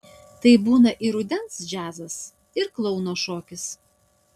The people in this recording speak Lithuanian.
tai būna ir rudens džiazas ir klouno šokis